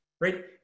right